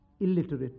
illiterate